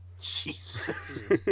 Jesus